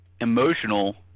emotional